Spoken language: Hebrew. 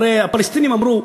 הרי הפלסטינים אמרו: